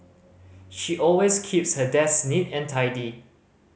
she always keeps her desk neat and tidy